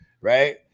right